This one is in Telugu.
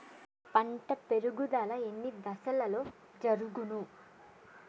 పంట పెరుగుదల ఎన్ని దశలలో జరుగును?